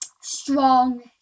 strong